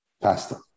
Pasta